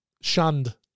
shunned